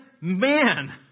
man